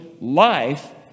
life